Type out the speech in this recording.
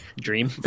dream